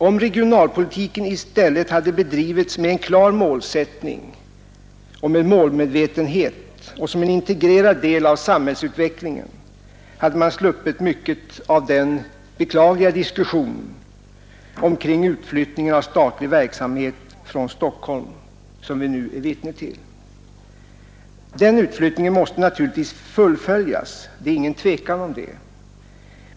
Om regionalpolitiken i stället hade bedrivits med en klar målsättning och målmedvetenhet och som en integrerad del av samhällsutvecklingen hade man sluppit mycket av den beklagliga diskussionen omkring utflyttningen av statlig verksamhet från Stockholm. Utflyttningen måste fullföljas — det är ingen tvekan om det.